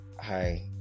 hi